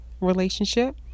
relationship